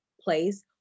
place